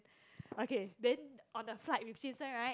okay then on the flight with jun sheng right